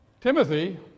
Timothy